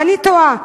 ואני תוהה,